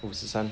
五十三